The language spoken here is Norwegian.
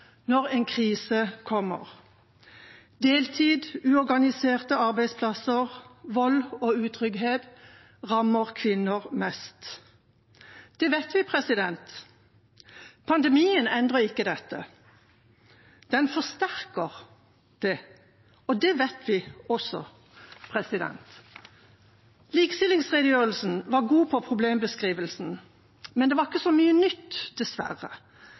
når en krise kommer. Deltid, uorganiserte arbeidsplasser, vold og utrygghet rammer kvinner mest. Det vet vi. Pandemien endrer ikke dette, den forsterker det, og det vet vi også. Likestillingsredegjørelsen var god på problembeskrivelsen, men det var ikke så mye nytt, dessverre.